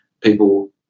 people